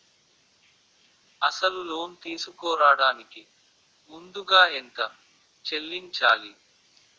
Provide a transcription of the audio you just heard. అసలు లోన్ తీసుకోడానికి ముందుగా ఎంత చెల్లించాలి?